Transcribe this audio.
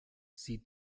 sie